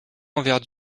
envers